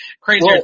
Crazier